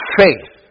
faith